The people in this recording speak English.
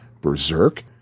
Berserk